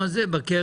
מה זה לגפני?